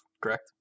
correct